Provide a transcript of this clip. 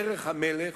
דרך המלך,